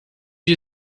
you